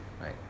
Right